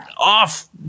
off